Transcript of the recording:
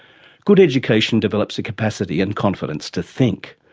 good education develops a capacity and confidence to think.